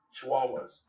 Chihuahuas